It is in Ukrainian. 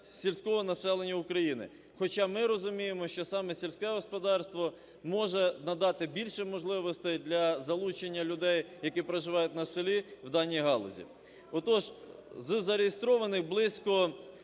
сільського населення України. Хоча ми розуміємо, що саме сільське господарство може надати більше можливостей для залучення людей, які проживають на селі в даній галузі. Отож, з зареєстрованих близько